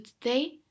today